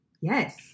Yes